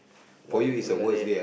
ya we're like that